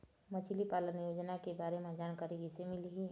मछली पालन योजना के बारे म जानकारी किसे मिलही?